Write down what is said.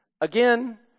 Again